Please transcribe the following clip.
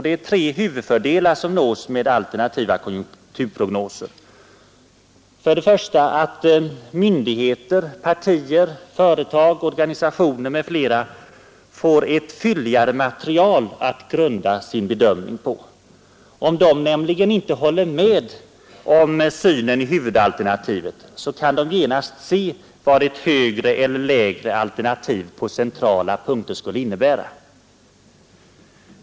Det är tre huvudfördelar som nås med alternativa konjunkturprognoser: För det första får myndigheter, partier, företag, organisationer m.fl. ett fylligare material att grunda sin bedömning på. Om de nämligen inte håller med om synen i huvudalternativet kan de genast se vad ett högre eller lägre alternativ på centrala punkter skulle innebära.